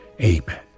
Amen